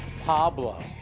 Pablo